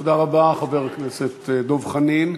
תודה רבה, חבר הכנסת דב חנין.